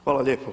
Hvala lijepa.